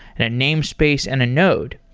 and a namespace, and a node.